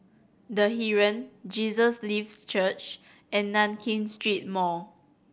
The Heeren Jesus Lives Church and Nankin Street Mall